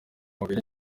mubiri